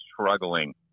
struggling